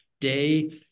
Day